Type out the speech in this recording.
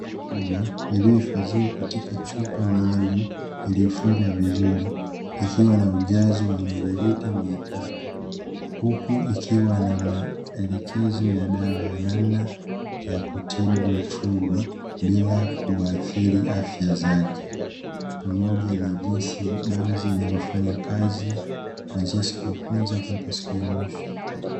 Dawa ya mifugo iliyohifadhiwa katika chupa maalumu iliyofungwa vzur ikiwa na ujazo wa mililita mia tatu, huku ikiwa na maelekezo ya dawa ya namna ya kutibu mifugo bila kuathiri afya zake pamoja na jinsi dozi inavyofanya kazi Kuanzia siku ya kwanza mpaka siku ya mwisho.